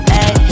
Hey